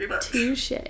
Touche